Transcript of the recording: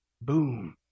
Boom